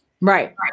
Right